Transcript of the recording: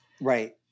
Right